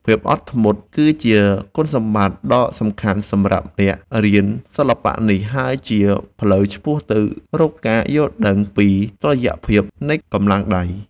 ភាពអត់ធ្មត់ គឺជាគុណសម្បត្តិដ៏សំខាន់សម្រាប់អ្នករៀនសិល្បៈនេះ និងជាផ្លូវឆ្ពោះទៅរកការយល់ដឹងពីតុល្យភាពនៃកម្លាំងដៃ។